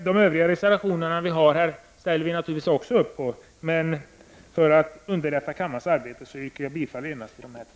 De övriga reservationer som vi har avgivit ställer vi naturligtvis också upp på, men för att underlätta kammarens arbete yrkar jag bifall bara till dessa två.